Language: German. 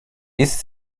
ist